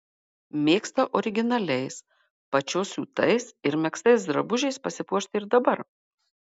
mėgsta originaliais pačios siūtais ir megztais drabužiais pasipuošti ir dabar